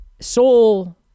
soul